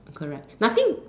correct nothing